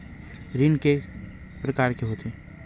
ऋण के प्रकार के होथे?